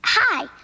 Hi